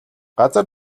газар